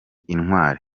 intwari